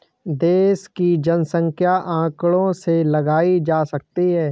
देश की जनसंख्या आंकड़ों से लगाई जा सकती है